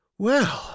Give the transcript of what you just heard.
Well